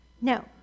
No